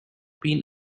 been